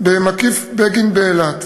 במקיף "בגין" באילת.